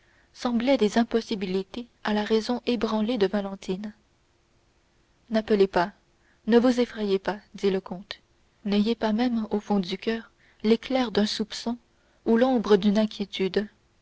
semblaient des impossibilités à la raison ébranlée de valentine n'appelez pas ne vous effrayez pas dit le comte n'ayez pas même au fond du coeur l'éclair d'un soupçon ou l'ombre d'une inquiétude